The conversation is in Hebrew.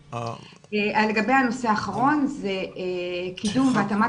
לגבי הנושא האחרון זה קידום והתאמת